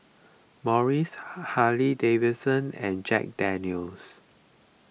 Morries Harley Davidson and Jack Daniel's